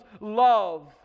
love